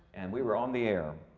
and we were on the air.